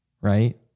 right